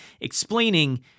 explaining –